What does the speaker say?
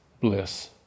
bliss